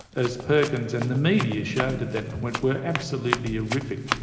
as perkins and the media showed at that point, were absolutely horrific.